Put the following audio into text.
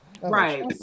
right